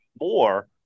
more